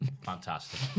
Fantastic